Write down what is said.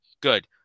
Good